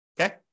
Okay